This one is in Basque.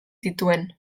zituen